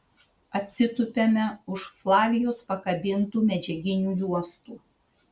atsitupiame už flavijos pakabintų medžiaginių juostų